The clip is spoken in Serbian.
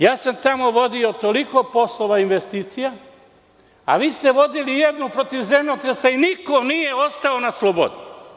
Ja sam tamo vodio toliko poslova i investicija, a vi ste vodili jednu protiv zemljotresa i niko nije ostao na slobodi.